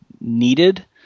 needed